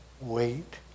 wait